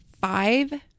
five